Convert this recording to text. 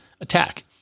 attack